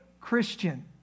Christian